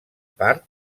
part